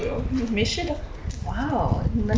!wow! 你们好 ons 哦